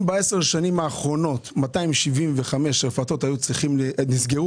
אם בעשר השנים האחרונות 275 רפתות נסגרו,